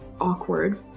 awkward